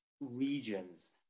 regions